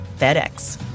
FedEx